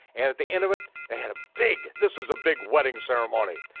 and at the end of it they had a big, this is a big wedding ceremony.